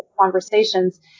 conversations